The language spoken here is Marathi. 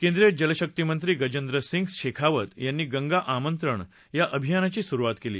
केंद्रीय जल शक्ती मंत्री गजेंद्र सिंग शेखावत यांनी गंगा आमंत्रण या अभियानाची सुरुवात केली